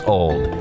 old